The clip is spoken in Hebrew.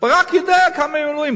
ברק יודע כמה עילויים,